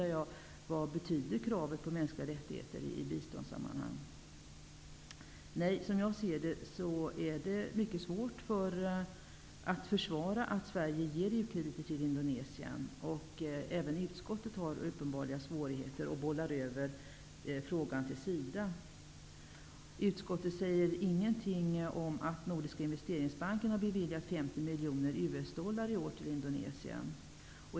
Vad betyder kravet på mänskliga rättigheter i biståndssammanhang? Det är svårt att försvara att Sverige ger u-krediter till Indonesien. Även utskottet har uppenbarligen svårigheter och bollar över frågan till SIDA. Utskottet säger ingenting om att Nordiska investeringsbanken har beviljat 50 miljoner US dollar till Indonesien i år.